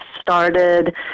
started